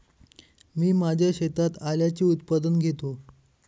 मी माझ्या शेतात आल्याचे उत्पादन घेतो